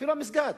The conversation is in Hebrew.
אפילו המסגד,